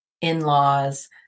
in-laws